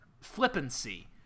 flippancy